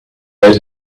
made